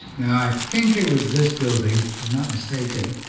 now i think it was this building, if i'm not mistaken,